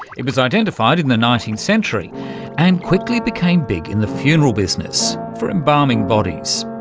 it was identified in the nineteenth century and quickly became big in the funeral business for embalming bodies.